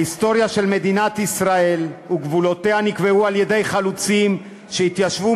ההיסטוריה של מדינת ישראל וגבולותיה נקבעו על-ידי חלוצים שהתיישבו